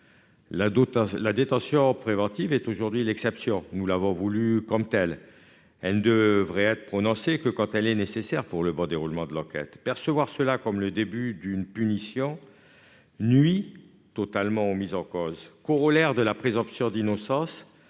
La détention provisoire est aujourd'hui l'exception. Nous l'avons voulue comme telle. Elle ne devrait être prononcée que lorsqu'elle s'avère nécessaire pour le bon déroulement de l'enquête. La percevoir comme le début d'une punition nuit totalement aux mis en cause. Corollaire de la présomption d'innocence,